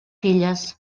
filles